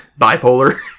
bipolar